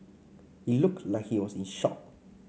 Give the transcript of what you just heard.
he looked like he was in shock